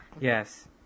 Yes